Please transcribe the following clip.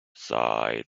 side